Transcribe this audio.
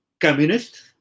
communists